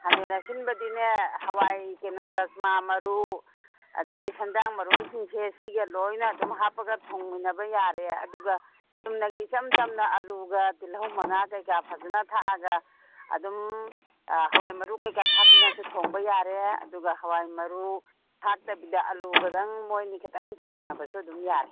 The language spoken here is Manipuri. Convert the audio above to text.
ꯈꯥꯃꯦꯜ ꯑꯁꯤꯟꯕꯗꯤꯅꯦ ꯍꯋꯥꯏ ꯀꯩꯅꯣ ꯔꯖꯃꯥ ꯃꯔꯨ ꯑꯗꯒꯤ ꯁꯦꯟꯗ꯭ꯔꯥꯡ ꯃꯔꯨꯝꯁꯤꯡꯁꯦ ꯁꯤꯒ ꯂꯣꯏꯅ ꯑꯗꯨꯝ ꯍꯥꯞꯄꯒ ꯊꯣꯡꯃꯤꯟꯅꯕ ꯌꯥꯔꯦ ꯑꯗꯨꯒ ꯆꯨꯝꯅꯒꯤ ꯏꯆꯝ ꯆꯝꯅ ꯑꯜꯂꯨꯒ ꯇꯤꯜꯍꯧ ꯃꯅꯥ ꯀꯩ ꯀꯥ ꯐꯖꯅ ꯊꯥꯛꯑꯒ ꯑꯗꯨꯝ ꯍꯋꯥꯏ ꯃꯔꯨ ꯀꯩ ꯀꯥ ꯊꯥꯛꯇꯨꯅꯁꯨ ꯊꯣꯡꯕ ꯌꯥꯔꯦ ꯑꯗꯨꯒ ꯍꯋꯥꯏ ꯃꯔꯨ ꯊꯥꯛꯇꯕꯤꯗ ꯑꯜꯂꯨꯒꯗꯪ ꯃꯣꯏ ꯑꯅꯤ ꯈꯤꯇꯪ ꯊꯣꯡꯃꯤꯟꯅꯕꯁꯨ ꯑꯗꯨꯝ ꯌꯥꯔꯦ